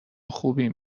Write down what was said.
خوبیم